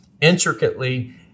intricately